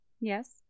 Yes